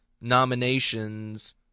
nominations